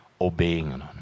obeying